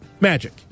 Magic